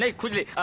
ah khujli?